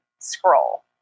scroll